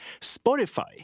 Spotify